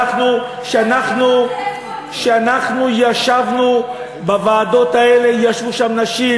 כשאנחנו ישבנו בוועדות האלה ישבו שם נשים,